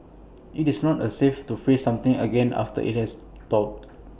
IT is not A safe to freeze something again after IT has thawed